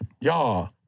Y'all